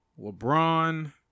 LeBron